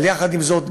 אבל יחד עם זאת,